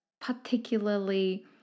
particularly